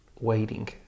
Waiting